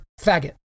faggot